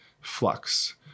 flux